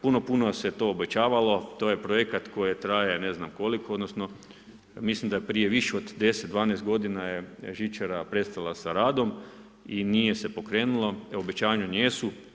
Puno puno se to obećavalo, to je projekat koji traje ne znam koliko, odnosno, mislim da prije više 10-12 g. je žičara prestala sa radom i nije se pokrenula, obećana jesu.